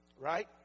Right